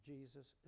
Jesus